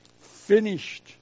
finished